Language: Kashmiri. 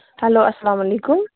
ہیٚلو اَسلام علیکُم